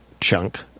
Chunk